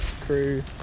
crew